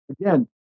again